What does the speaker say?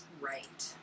Right